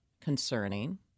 concerning